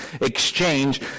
exchange